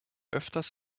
öfters